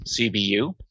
CBU